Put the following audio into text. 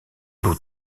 l’eau